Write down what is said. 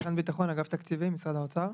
רפרנט ביטחון אגף תקציבים, משרד האוצר.